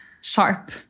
sharp